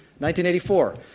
1984